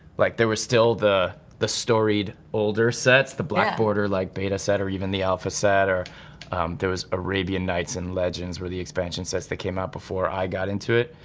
like there was still, the the storied, older sets, the black border, like beta set or even the alpha set. there was arabian nights and legends or the expansion sets that came out before i got into it.